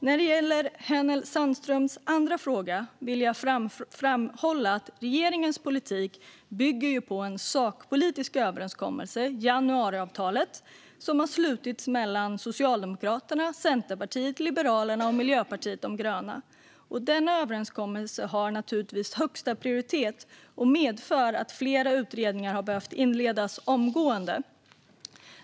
När det gäller Hänel Sandströms andra fråga vill jag framhålla att regeringens politik bygger på en sakpolitisk överenskommelse, januariavtalet, som har slutits mellan Socialdemokraterna, Centerpartiet, Liberalerna och Miljöpartiet de gröna. Denna överenskommelse har naturligtvis högsta prioritet och har medfört att flera utredningar har behövt inledas omgående.